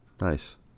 nice